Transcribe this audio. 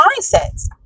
mindsets